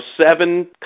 seven